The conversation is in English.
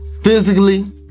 Physically